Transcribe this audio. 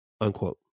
unquote